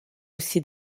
aussi